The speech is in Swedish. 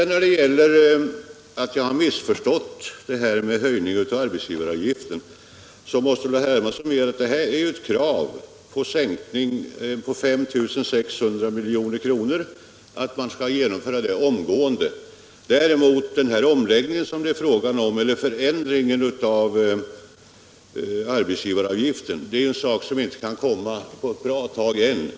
När det gäller påståendet att jag skulle ha missförstått arbetsgivaravgiftens inverkan måste väl herr Hermansson medge att det finns ett krav från vpk att en sänkning med 5 600 milj.kr. skall genomföras omgående, medan däremot förändringen av arbetsgivaravgiften är en sak som inte kan genomföras på ett bra tag ännu.